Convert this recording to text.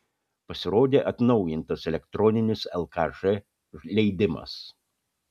pasirodė atnaujintas elektroninis lkž leidimas